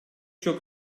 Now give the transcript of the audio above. çok